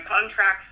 contracts